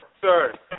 Sir